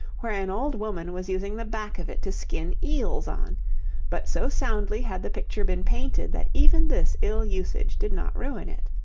where an old woman was using the back of it to skin eels on but so soundly had the picture been painted that even this ill-usage did not ruin it.